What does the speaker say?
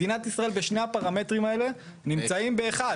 מדינת ישראל, בשני הפרמטרים האלה נמצאים באחד.